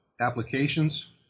applications